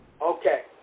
Okay